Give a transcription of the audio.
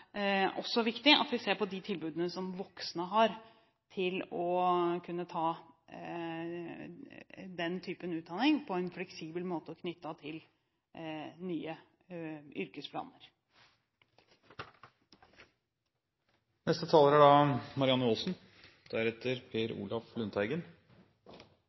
også er viktig at vi ser på de tilbudene som voksne har til å kunne ta den typen utdanning på en fleksibel måte, og knyttet til nye yrkesplaner. Torger Reve er